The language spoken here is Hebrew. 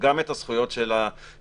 גם את הזכויות של היחיד,